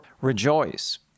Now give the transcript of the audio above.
rejoice